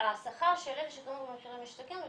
השכר של אלה שקנו ב'מחיר למשתכן' הוא